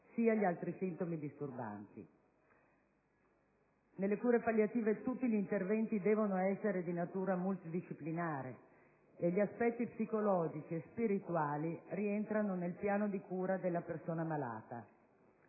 sia gli altri sintomi disturbanti. Nelle cure palliative tutti gli interventi devono essere di natura multidisciplinare e gli aspetti psicologici e spirituali rientrano nel piano di cura della persona malata;